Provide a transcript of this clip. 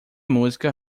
música